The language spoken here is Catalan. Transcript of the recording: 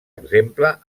exemple